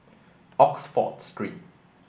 Oxford Street